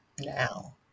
now